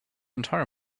entire